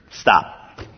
stop